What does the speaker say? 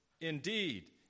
indeed